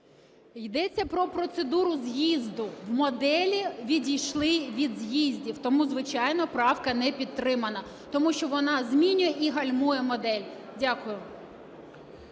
Йдеться про процедуру з'їзду, в моделі відійшли від з'їздів. Тому, звичайно, правка не підтримана, тому що вона змінює і гальмує модель. Дякую.